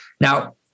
Now